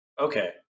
Okay